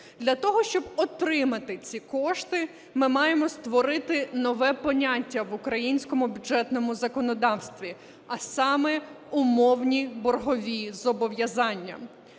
Для того, щоб отримати ці кошти, ми маємо створити нове поняття в українському бюджетному законодавстві, а саме умовні боргові зобов'язання.